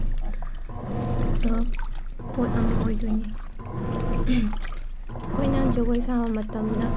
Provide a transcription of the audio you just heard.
ꯄꯣꯠ ꯑꯃ ꯑꯣꯏꯗꯣꯏꯅꯤ ꯑꯩꯈꯣꯏꯅ ꯖꯒꯣꯏ ꯁꯥꯕ ꯃꯇꯝꯗ